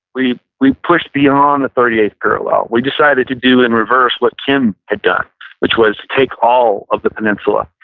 we we pushed beyond the thirty eighth parallel. we decided to do in reverse what kim had done which was take all of the peninsula.